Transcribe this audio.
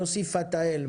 יוסי פתאל,